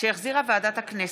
שהחזירה ועדת הכנסת,